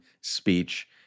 speech